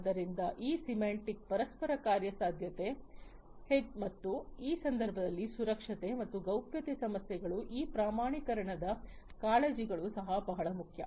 ಆದ್ದರಿಂದ ಅದು ಸಿಮ್ಯಾಂಟಿಕ್ ಪರಸ್ಪರ ಕಾರ್ಯಸಾಧ್ಯತೆ ಮತ್ತು ಈ ಸಂದರ್ಭದಲ್ಲಿ ಸುರಕ್ಷತೆ ಮತ್ತು ಗೌಪ್ಯತೆ ಸಮಸ್ಯೆಗಳು ಮತ್ತು ಪ್ರಮಾಣೀಕರಣದ ಕಾಳಜಿಗಳು ಸಹ ಬಹಳ ಮುಖ್ಯ